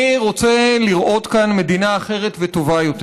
אני רוצה לראות כאן מדינה אחרת וטובה יותר: